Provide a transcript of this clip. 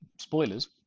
spoilers